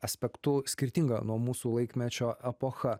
aspektu skirtinga nuo mūsų laikmečio epocha